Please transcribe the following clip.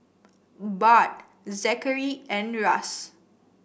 Bart Zachery and Russ